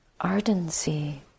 ardency